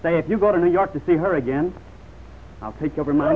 say if you got a new york to see her again i'll take over my